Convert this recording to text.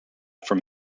from